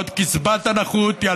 בעוד קצבת הנכות היא